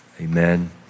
Amen